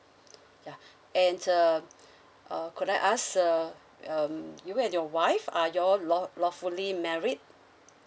yeah and uh uh could I ask err um you and your wife are you all law lawfully married